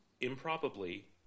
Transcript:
improbably